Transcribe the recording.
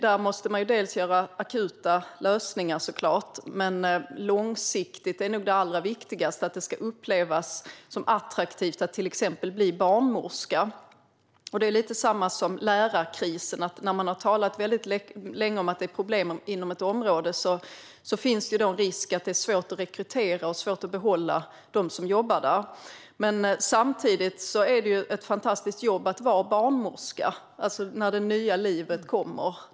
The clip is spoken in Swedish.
Man måste såklart göra akuta lösningar. Men långsiktigt är nog det allra viktigaste att det ska upplevas som attraktivt att till exempel bli barnmorska. Det är lite samma sak som med lärarkrisen. När man har talat väldigt länge om att det är problem inom ett område finns det en risk att det blir svårt att rekrytera personal och att det blir svårt att behålla dem som jobbar där. Samtidigt är det ett fantastiskt jobb att vara barnmorska, när det nya livet kommer.